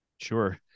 Sure